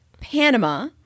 Panama